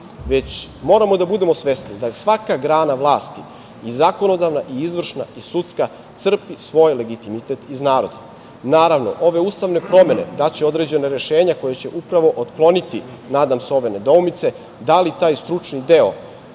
već moramo da budemo svesni da svaka grana vlasti, i zakonodavna i izvršna i sudska crpi svoj legitimitet iz naroda. Naravno, ove ustavne promene daće određena rešenja koja će upravo otkloniti, nadam se, ove nedoumice, da li taj stručni deo